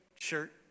shirt